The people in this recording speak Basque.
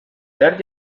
zer